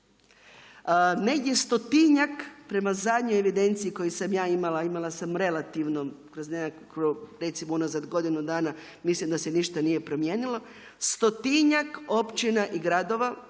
Negdje stotinjak prema zadnjoj evidenciji koju sam ja imala, imala sam relativno kroz nekakvo recimo unazad godinu dana, mislim da se ništa nije promijenilo stotinjak općina i gradova